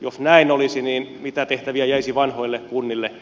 jos näin olisi niin mitä tehtäviä jäisi vanhoille kunnille